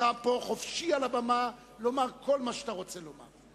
אתה פה חופשי על הבמה לומר כל מה שאתה רוצה לומר.